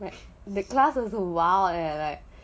the class was wild leh like